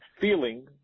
feeling